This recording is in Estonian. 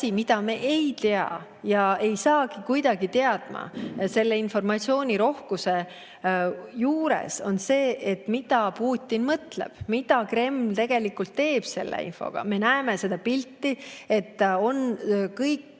mida me ei tea ja ei saa kuidagi teadma kogu selle informatsioonirohkuse juures, on see, mida Putin mõtleb, mida Kreml teeb selle infoga. Me näeme seda pilti, et on kõik